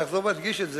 אני אחזור ואדגיש את זה,